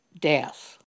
death